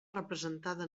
representada